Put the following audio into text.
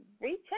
reach